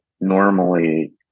normally